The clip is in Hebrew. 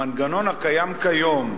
המנגנון הקיים כיום,